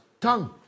tongue